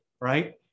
right